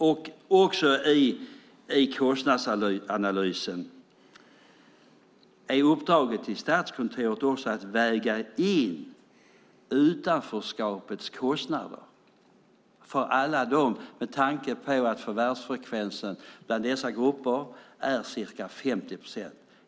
Är uppdraget till Statskontoret när det gäller kostnadsanalysen också att väga in utanförskapets kostnader med tanke på att förvärvsfrekvensen i dessa grupper är ca 50 procent?